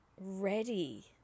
ready